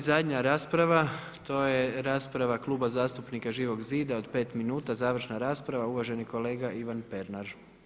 I zadnja rasprava to je rasprava Kluba zastupnika Živog zida od 5 minuta, završna rasprava uvaženi kolega Ivan Pernar.